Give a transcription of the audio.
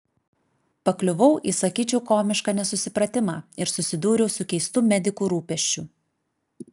pakliuvau į sakyčiau komišką nesusipratimą ir susidūriau su keistu medikų rūpesčiu